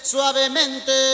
Suavemente